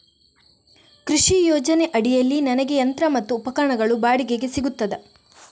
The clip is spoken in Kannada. ಕೃಷಿ ಯೋಜನೆ ಅಡಿಯಲ್ಲಿ ನನಗೆ ಯಂತ್ರ ಮತ್ತು ಉಪಕರಣಗಳು ಬಾಡಿಗೆಗೆ ಸಿಗುತ್ತದಾ?